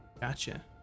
Gotcha